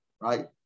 right